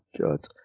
God